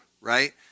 right